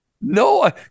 No